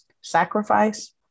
sacrifice